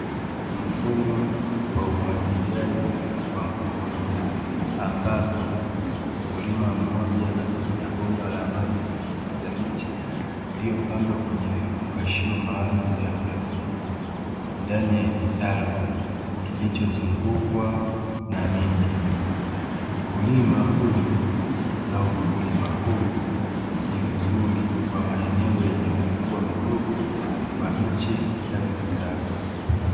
Mfumo wa umwagiliaji kwa mkono ambapo mkulima mmoja anatumia bomba ya maji kunyunyiza miche iliyopandwa kwenye vifungashio maalumu vya plastiki, ndani ya kitalu kilichozungukwa na miti. Mkulima huyu na ukulima huu ni mzuri kwa ajili ya maeneo yenye ukubwa mdogo kwa miche inayositawi.